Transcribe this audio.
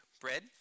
bread